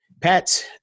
Pat